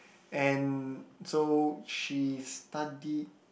and so she studied